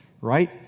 right